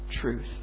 truth